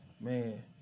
Man